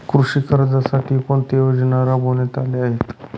कृषी कर्जासाठी कोणत्या योजना राबविण्यात आल्या आहेत?